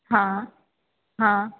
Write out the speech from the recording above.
हँ हँ